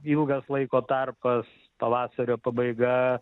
ilgas laiko tarpas pavasario pabaiga